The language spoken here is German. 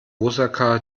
osaka